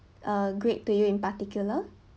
uh great to you in particular